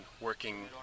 working